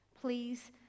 please